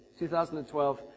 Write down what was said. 2012